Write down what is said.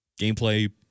gameplay